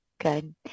Good